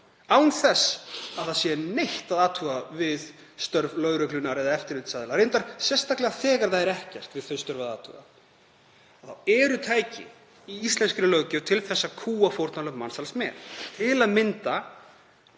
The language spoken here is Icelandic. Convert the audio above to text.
án þess að það sé neitt að athuga við störf lögreglunnar eða eftirlitsaðila, reyndar sérstaklega þegar það er ekkert við þau störf að athuga, þá eru tæki í íslenskri löggjöf til þess að kúga fórnarlömb mansals með, til að mynda